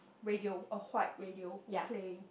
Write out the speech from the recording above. radio a white radio playing